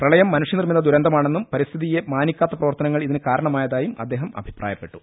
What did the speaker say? പ്രപളയം മനുഷ്യനിർമിത ദുരന്തമാണെന്നും പരിസ്ഥിതിയെ മാനിക്കാത്ത പ്രവർത്തനങ്ങൾ ഇതിന് കാരണമായതായും അദ്ദേഹം അഭി പ്രായപ്പെട്ടു